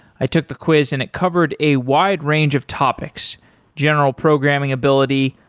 i took the quiz and it covered a wide range of topics general programming ability,